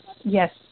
Yes